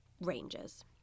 ranges